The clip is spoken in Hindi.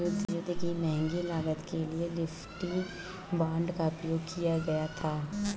युद्ध की महंगी लागत के लिए लिबर्टी बांड का उपयोग किया गया था